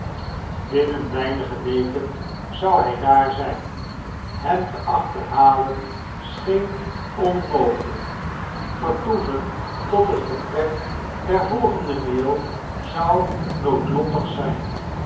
binnen weinige weken zou hy daar zijn hem te achterhalen scheen onmogelijk vertoeven tot het vertrek der volgende mail zou noodlottig zijn